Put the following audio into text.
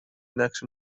نقش